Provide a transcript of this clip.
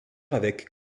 avec